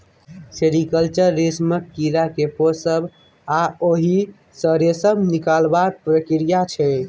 sericulture रेशमक कीड़ा केँ पोसब आ ओहि सँ रेशम निकालबाक प्रक्रिया छै